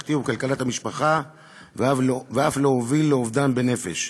במשפחתי ובכלכלת המשפחה ואף להוביל לאובדן בנפש.